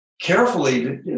carefully